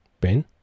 Ben